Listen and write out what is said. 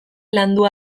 landu